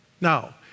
Now